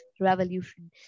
revolution